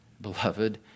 beloved